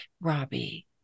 robbie